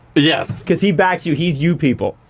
yes. because he backed you. he's you people,